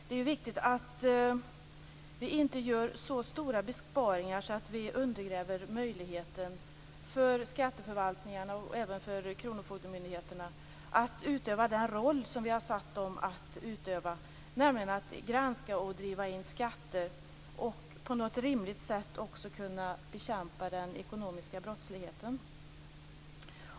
Det är viktigt att vi inte gör så stora besparingar att vi undergräver möjligheten för skatteförvaltningarna och även för kronofogdemyndigheterna att utöva den roll som vi har satt dem att utöva, nämligen att granska och driva in skatter och att på något rimligt sätt också bekämpa den ekonomiska brottsligheten.